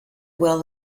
well